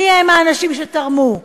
מי הם האנשים שתרמו,